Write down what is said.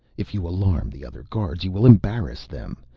if you alarm the other guards, you will embarrass them.